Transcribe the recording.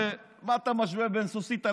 ומה אתה משווה בין סוסיתא